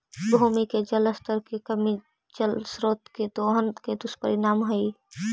भूमि के जल स्तर के कमी जल स्रोत के दोहन के दुष्परिणाम हई